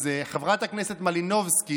אז חברת הכנסת מלינובסקי,